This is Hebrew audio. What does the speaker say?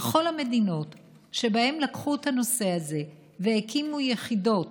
בכל המדינות שבהן לקחו את הנושא הזה והקימו יחידות